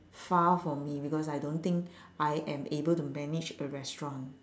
far for me because I don't think I am able to manage a restaurant